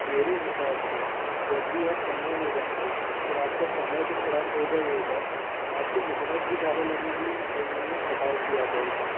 मेरे हिसाब से जब भी आप समूह में जाएँगे तो आपका समय तो ख़राब होगा ही होगा आपको मेहनत भी ज्यादा लगेगी और मन में खटास भी आ जाएगी